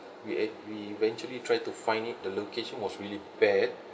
we act~ we eventually try to find it the location was really bad